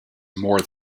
more